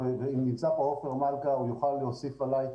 ונמצא כאן עופר מלכה שיוכל להוסיף עלי,